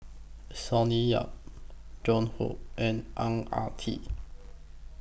Sonny Yap Joan Hon and Ang Ah Tee